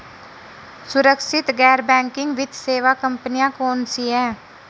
सुरक्षित गैर बैंकिंग वित्त सेवा कंपनियां कौनसी हैं?